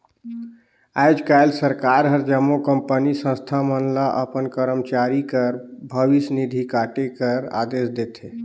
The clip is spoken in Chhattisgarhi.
आएज काएल सरकार हर जम्मो कंपनी, संस्था मन ल अपन करमचारी कर भविस निधि काटे कर अदेस देथे